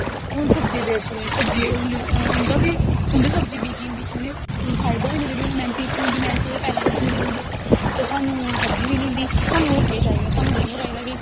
हून सब्जी बेचदे उंदा बी उंदी सब्जी बिकी जंदी उनोें फायदा होई जंदा जेह्ड़ी उनैं मैह्नत कीती दी होंदी उंदी मैह्नत दे पैसे उनेंगी मिली जंदे ते साह्नू सब्जी मिली जंदी साह्नू होर केह् चाही दा साह्नू इयै चाही दा